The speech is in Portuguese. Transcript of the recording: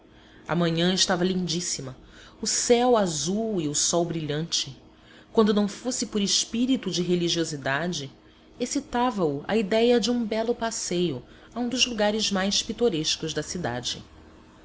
manhã estava lindíssima o céu azul e o sol brilhante quando não fosse por espírito de religiosidade excitava-o a idéia de um belo passeio a um dos lugares mais pitorescos da cidade